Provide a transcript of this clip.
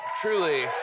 truly